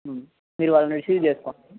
మీరు వాళ్ళని రిసీవ్ చేస్కోండి